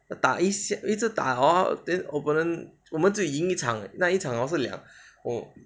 打一下一直打 hor then opponent 我们自己赢一场那一场是两 oh